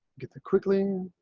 get the crippling